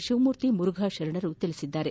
ಶಿವಮೂರ್ತಿ ಮುರುಫಾ ಶರಣರು ತಿಳಿಸಿದ್ದಾರೆ